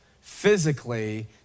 physically